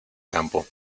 campo